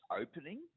opening